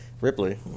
Ripley